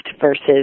versus